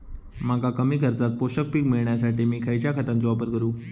मका कमी खर्चात पोषक पीक मिळण्यासाठी मी खैयच्या खतांचो वापर करू?